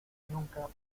nunca